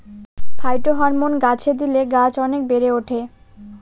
phytohormone গাছে দিলে গাছ অনেক বেড়ে ওঠে